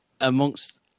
amongst